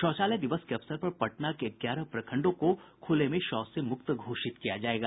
शौचालय दिवस के अवसर पर पटना के ग्यारह प्रखंडों को खुले में शौच से मुक्त घोषित किया जाएगा